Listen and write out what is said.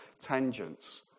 tangents